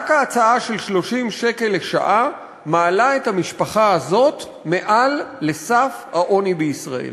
רק ההצעה של 30 שקל לשעה מעלה את המשפחה הזאת מעל לסף העוני בישראל.